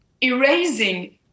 erasing